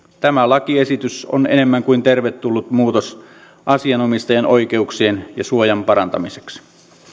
tämä lakiesitys on enemmän kuin tervetullut muutos asian omistajan oikeuksien ja suojan parantamiseksi